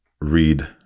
read